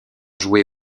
joués